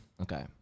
Okay